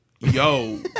yo